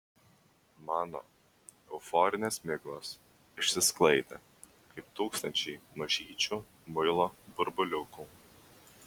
mano euforinės miglos išsisklaidė kaip tūkstančiai mažyčių muilo burbuliukų